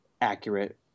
accurate